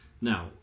Now